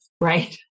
right